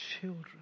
children